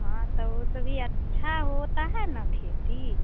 हाँ तो उस भी या अच्छा होता है ना खेती